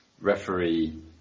Referee